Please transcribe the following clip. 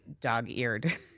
dog-eared